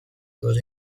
those